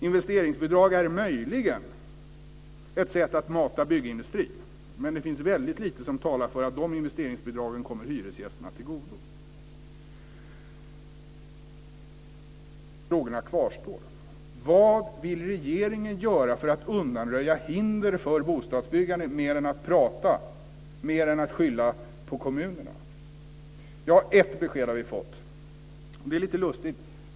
Investeringsbidrag är möjligen ett sätt att mata byggindustrin. Men det finns väldigt lite som talar för att dessa investeringsbidrag kommer hyresgästerna till godo. Frågorna kvarstår. Vad vill regeringen göra för att undanröja hinder för bostadsbyggande mer än prata, mer än att skylla på kommunerna? Ett besked har vi fått. Det är lite lustigt.